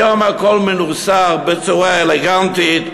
היום הכול מסודר, בצורה אלגנטית,